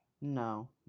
No